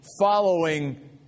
following